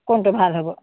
কোনটো ভাল হ'ব